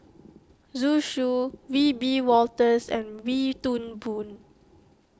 Zhu Xu Wiebe Wolters and Wee Toon Boon